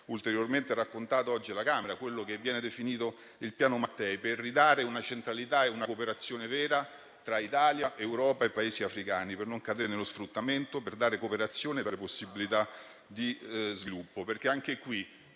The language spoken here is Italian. ulteriormente raccontato oggi alla Camera, quello che viene definito il piano Mattei, per restituire una centralità e una cooperazione vera tra Italia, Europa e Paesi africani, per non cadere nello sfruttamento e creare cooperazione e possibilità di sviluppo. Anche qui,